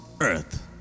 earth